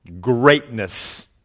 greatness